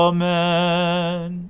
Amen